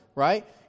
Right